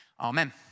Amen